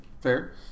Fair